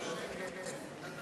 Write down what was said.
טוב, חברי חברי הכנסת,